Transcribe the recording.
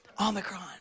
Omicron